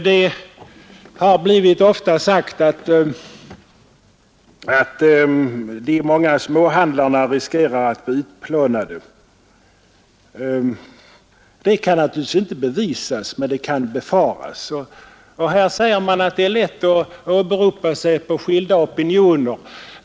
Det har ofta sagts att de många småhandlarna riskerar att bli utplånade. Det kan naturligtvis inte bevisas men det kan befaras. Och här säger man att det är lätt att åberopa sig på skilda opinioner.